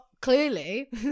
clearly